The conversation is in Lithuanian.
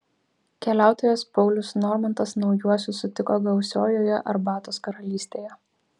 keliautojas paulius normantas naujuosius sutiko gausiojoje arbatos karalystėje